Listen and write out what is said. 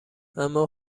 اما